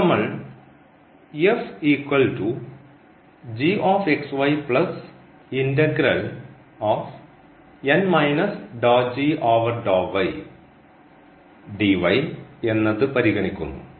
ഇനി നമ്മൾ എന്നത് പരിഗണിക്കുന്നു